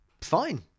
Fine